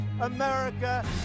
America